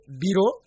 biro